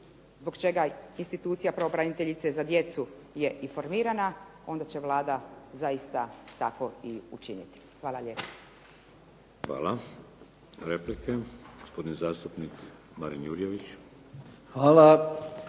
zbog čega institucija pravobraniteljice za djecu je informirana, onda će Vlada zaista tako i učiniti. Hvala lijepo. **Šeks, Vladimir (HDZ)** Hvala. Replike. Gospodin zastupnik Marin Jurjević.